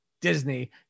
Disney